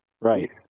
Right